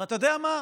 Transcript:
אתה יודע מה?